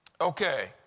Okay